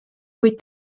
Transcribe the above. kuid